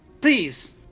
please